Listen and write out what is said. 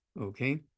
okay